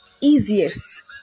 easiest